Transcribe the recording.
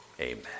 Amen